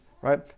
right